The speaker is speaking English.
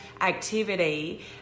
activity